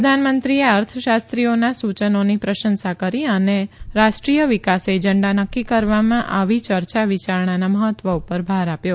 પ્રધાનમંત્રીએ અર્થશાસ્ત્રીઓના સુચનોની પ્રશંસા કરી અને રાષ્ટ્રીય વિકાસ એજંડા નકકી કરવામાં આવી ચર્ચા વિચારણાના મહત્વ પર ભાર આપ્યો